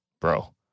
bro